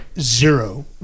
zero